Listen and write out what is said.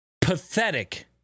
pathetic